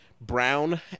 brown